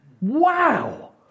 Wow